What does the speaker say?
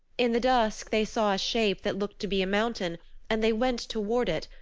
in the dusk they saw a shape that looked to be a mountain and they went toward it,